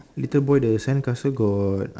little boy the sandcastle got